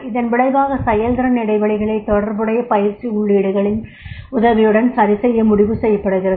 இதன் விளைவாக செயல்திறன் இடைவெளிகளை தொடர்புடைய பயிற்சி உள்ளீடுகளின் உதவியுடன் சரிசெய்ய முடிவு செய்யப்படுகிறது